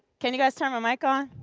can you guys turn my mic on.